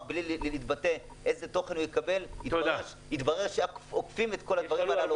מלהתבטא ואיזה תוכן הם מקבלים התברר שעוקפים את הדברים האלה.